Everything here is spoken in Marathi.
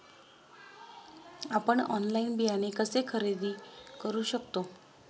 आपण ऑनलाइन बियाणे कसे खरेदी करू शकतो?